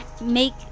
make